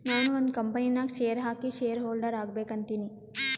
ನಾನು ಒಂದ್ ಕಂಪನಿ ನಾಗ್ ಶೇರ್ ಹಾಕಿ ಶೇರ್ ಹೋಲ್ಡರ್ ಆಗ್ಬೇಕ ಅಂತೀನಿ